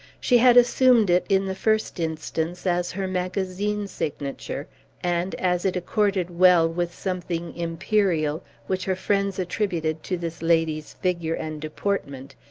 she had assumed it, in the first instance, as her magazine signature and, as it accorded well with something imperial which her friends attributed to this lady's figure and deportment,